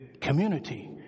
Community